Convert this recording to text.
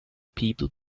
people